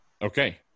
Okay